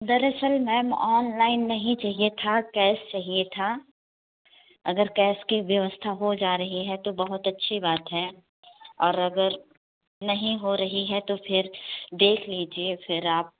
दरअसल ma'am online नहीं चाहिए था कैश चाहिए था अगर केस की व्यवस्था हो जा रही है तो बहुत अच्छी बात है और अगर नहीं हो रही है तो फिर देख लीजिए फिर आप